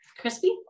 crispy